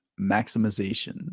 maximization